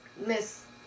Miss